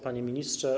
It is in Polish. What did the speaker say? Panie Ministrze!